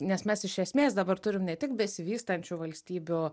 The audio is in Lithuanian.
nes mes iš esmės dabar turim ne tik besivystančių valstybių